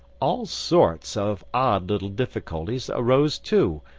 all sorts of odd little difficulties arose too,